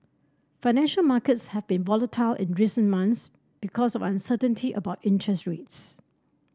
financial markets have been volatile in recent months because uncertainty about interest rates